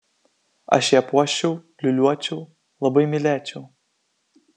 aš ją puoščiau liūliuočiau labai mylėčiau